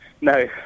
no